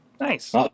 nice